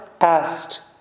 asked